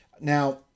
Now